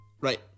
right